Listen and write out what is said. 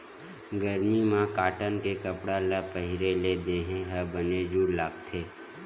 गरमी म कॉटन के कपड़ा ल पहिरे ले देहे ह बने जूड़ लागथे